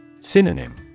Synonym